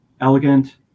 elegant